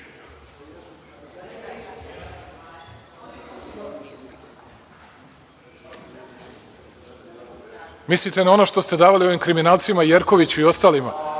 na ono što ste davali onim kriminalcima Jerkoviću i ostalima,